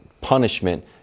punishment